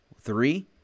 three